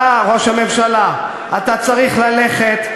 אתה, ראש הממשלה, אתה צריך ללכת.